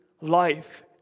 life